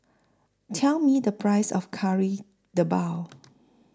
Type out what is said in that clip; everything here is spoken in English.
Tell Me The Price of Kari Debal